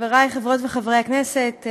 חברי חברות וחברי הכנסת,